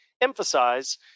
emphasize